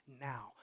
now